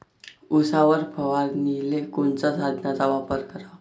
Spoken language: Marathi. उसावर फवारनीले कोनच्या साधनाचा वापर कराव?